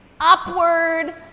Upward